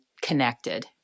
connected